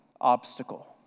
obstacle